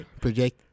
Project